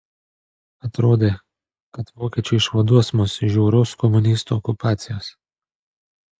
atrodė kad vokiečiai išvaduos mus iš žiaurios komunistų okupacijos